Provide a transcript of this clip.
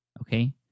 Okay